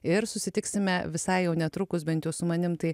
ir susitiksime visai jau netrukus bent jau su manim tai